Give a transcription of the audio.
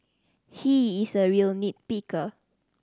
he is a real nit picker